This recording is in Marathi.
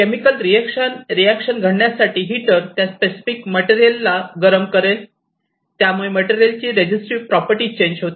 केमिकल रिएक्शन घडण्यासाठी हिटर त्या स्पेसिफिक मटेरियल ला गरम करेल त्यामुळे मटेरियल ची रेझीटीव्ह प्रॉपर्टी चेंज होते